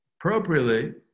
appropriately